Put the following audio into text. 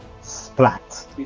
Splat